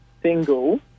single